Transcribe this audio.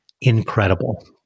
incredible